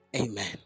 Amen